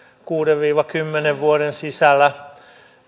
kuuden viiva kymmenen vuoden sisällä